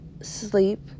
sleep